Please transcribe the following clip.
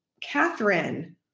Catherine